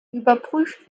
überprüft